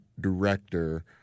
director